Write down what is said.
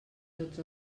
tots